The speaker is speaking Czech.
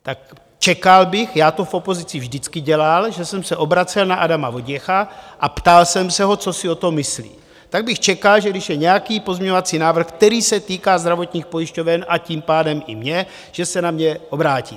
Tak čekal bych, já to v opozici vždycky dělal, že jsem se obracel na Adama Vojtěcha a ptal jsem se ho, co si o tom myslí, tak bych čekal, když je nějaký pozměňovací návrh, který se týká zdravotních pojišťoven, a tím pádem i mě, že se na mě obrátíte.